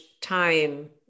time